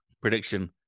prediction